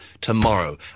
tomorrow